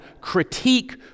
critique